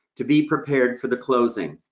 to be prepared for the closing.